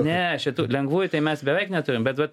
ne šitų lengvųjų tai mes beveik neturim bet vat